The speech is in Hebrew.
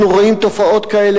אנחנו רואים תופעות כאלה.